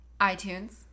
iTunes